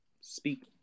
speak